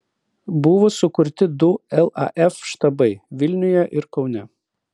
buvo sukurti du laf štabai vilniuje ir kaune